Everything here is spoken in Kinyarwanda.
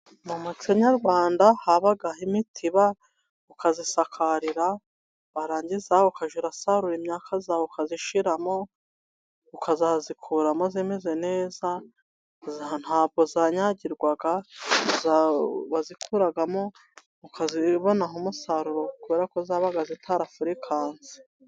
Mu muco Nyarwanda habagaho imitiba ukayisakarira, warangizaho ukajya urasarura imyaka yawe ukayishyiramo, ukazayikuramo imeze neza ntabwo yanyagirwaga wayikuragamo ukabonaho umusaruro kubera ko yabaga itarafurikanse.